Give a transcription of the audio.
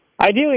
ideally